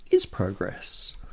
is progress.